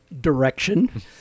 direction